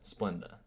Splenda